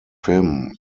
him